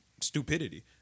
stupidity